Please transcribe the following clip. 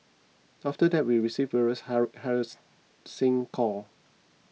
after that we received various hara harassing call